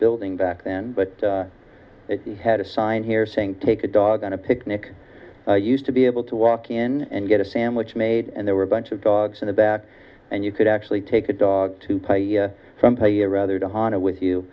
building back then but they had a sign here saying take a dog on a picnic used to be able to walk in and get a sandwich made and there were a bunch of dogs in the back and you could actually take the dog to play some play a rather to honda with you